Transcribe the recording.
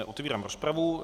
Otevírám rozpravu.